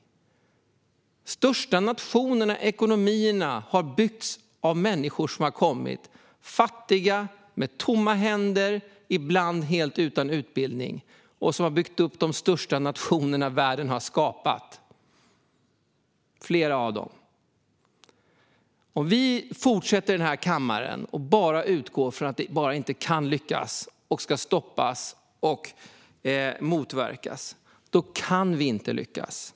Flera av de största nationerna och ekonomierna som världen har skapat har byggts upp av människor som har kommit dit, fattiga med tomma händer och ibland helt utan utbildning. Om vi i den här kammaren bara fortsätter att utgå från att det bara inte kan lyckas utan ska stoppas och motverkas, då kan vi inte lyckas.